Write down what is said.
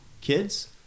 kids